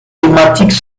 thématiques